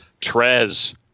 Trez